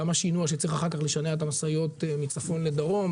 גם השינוע שצריך אחר כך לשנע את המשאיות מצפון לדרום.